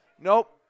Nope